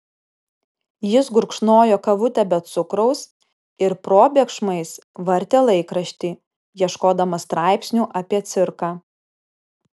jis gurkšnojo kavutę be cukraus ir probėgšmais vartė laikraštį ieškodamas straipsnių apie cirką